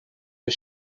for